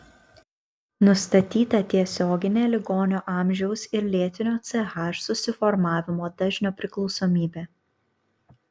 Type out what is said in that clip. nustatyta tiesioginė ligonio amžiaus ir lėtinio ch susiformavimo dažnio priklausomybė